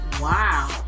Wow